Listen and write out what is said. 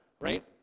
Right